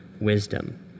wisdom